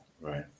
Right